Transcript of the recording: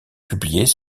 publiées